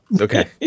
Okay